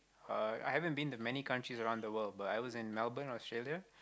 uh I haven't been to many countries around the world but I was in Melbourne Australia